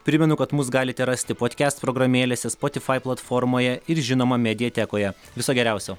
primenu kad mus galite rasti potkest programėlėse spotify platformoje ir žinoma mediatekoje viso geriausio